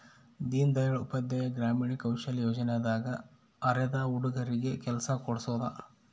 ದೀನ್ ದಯಾಳ್ ಉಪಾಧ್ಯಾಯ ಗ್ರಾಮೀಣ ಕೌಶಲ್ಯ ಯೋಜನೆ ದಾಗ ಅರೆದ ಹುಡಗರಿಗೆ ಕೆಲ್ಸ ಕೋಡ್ಸೋದ